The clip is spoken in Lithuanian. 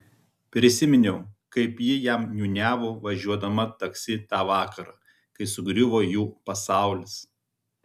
prisiminiau kaip ji jam niūniavo važiuodama taksi tą vakarą kai sugriuvo jų pasaulis